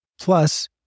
Plus